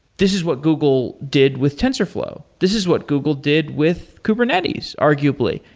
this is what google did with tensorflow. this is what google did with kubernetes arguably.